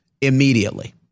immediately